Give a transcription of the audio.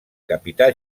capità